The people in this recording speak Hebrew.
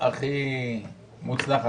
אני שומע